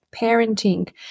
parenting